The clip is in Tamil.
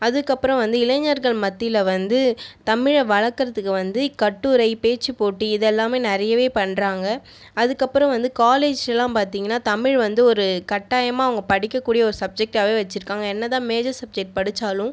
அதுக்கு அப்புறம் வந்து இளைஞர்கள் மத்தியில் வந்து தமிழ் வளர்க்குறத்துக்கு வந்து கட்டுரை பேச்சுப்போட்டி இதெல்லாமே நிறையவே பண்ணுறாங்க அதுக்கு அப்புறம் வந்து காலேஜ்லலாம் பார்த்தீங்னா தமிழ் வந்து ஒரு கட்டாயமாக அவங்க படிக்கக்கூடிய ஒரு சப்ஜெக்ட்டாகவே வச்சிருக்காங்க என்னதான் மேஜர் சப்ஜெக்ட் படிச்சாலும்